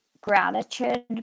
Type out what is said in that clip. gratitude